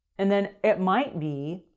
and then it might be,